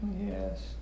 yes